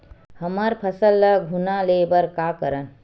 हमर फसल ल घुना ले बर का करन?